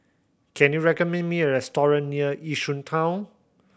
can you recommend me a restaurant near Yishun Town